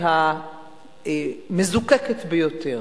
המזוקקת ביותר,